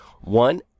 One